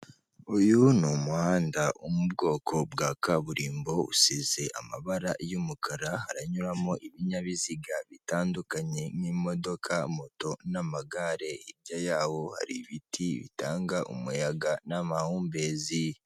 Uyu ni umuhanda wo mu bwoko bwa kaburimbo usize amabara y'umukara haranyuramo ibinyabiziga bitandukanye nk'imodoka, moto, n'amagare. Hirya yawo hari ibiti bitanga umuyaga n'amahumbezi.